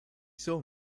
saw